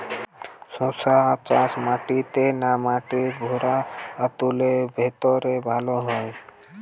শশা চাষ মাটিতে না মাটির ভুরাতুলে ভেরাতে ভালো হয়?